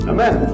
Amen